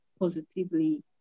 positively